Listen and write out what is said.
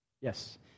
Yes